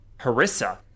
Harissa